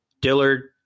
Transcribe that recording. Dillard